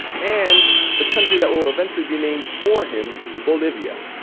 and the country that will eventually be named for him, bolivia.